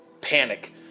panic